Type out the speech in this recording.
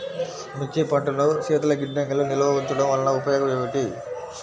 మిర్చి పంటను శీతల గిడ్డంగిలో నిల్వ ఉంచటం వలన ఉపయోగం ఏమిటి?